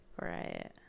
right